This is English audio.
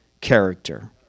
character